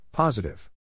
Positive